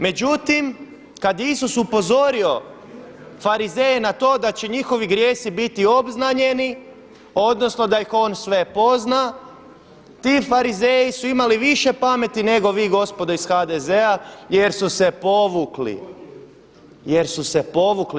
Međutim kada je Isus upozorio farizeje na to da će njihovi grijesi biti obznanjeni odnosno da ih on sve pozna, ti farizeji su imali više pameti nego vi gospodo iz HDZ-a jer su se povukli, jer su se povukli.